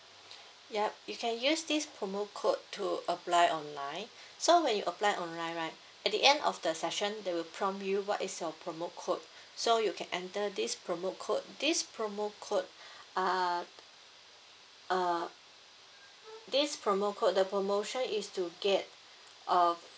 yup you can use this promo code to apply online so when you apply online right at the end of the session they will prompt you what is your promo code so you can enter this promo code this promo code uh uh this promo code the promotion is to get a